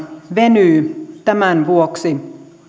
venyy tämän vuoksi